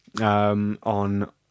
on